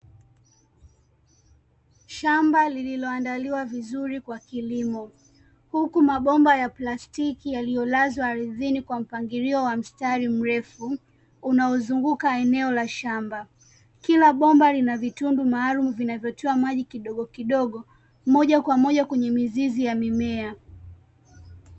Shamba lililoandaliwa vizuri kwa kilimo, huku mabomba ya plastiki yaliyolazwa ardhini kwa mpangilio wa mstari mrefu unaozunguka eneo la shamba. Kila bomba lina vitundu maalumu vinavyotoa maji kidogokidogo, moja kwa moja kwenye mizizi ya mimema.